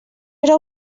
era